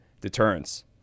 deterrence